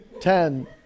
ten